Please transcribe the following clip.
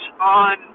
on